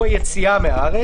האמור בה יסומן (א)